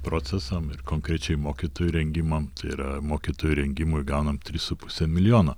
procesam ir konkrečiai mokytojų rengimam tai yra mokytojų rengimui gaunam tris su puse milijono